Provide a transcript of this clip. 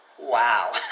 Wow